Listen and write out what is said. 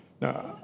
Now